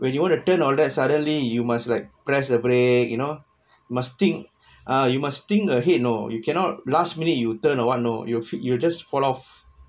when you want to turn all that suddenly you must like press the brake you know must thing ah you must think ahead no you cannot last minute you turn or what no you should you just fall off